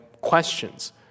questions